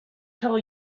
tell